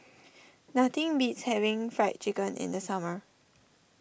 nothing beats having Fried Chicken in the summer